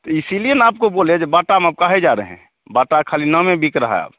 तो इसीलिए ना आपको बोलें जो बाटा में आप कहे जा रहे हैं बाटा का खाली नाम बिक रहा अब